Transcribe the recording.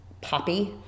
poppy